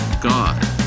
god